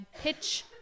pitch